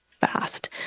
fast